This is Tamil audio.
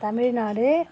தமிழ்நாடு